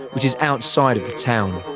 which is outside of the town.